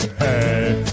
hey